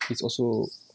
it's also